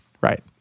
right